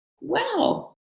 Wow